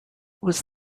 was